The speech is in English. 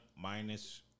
minus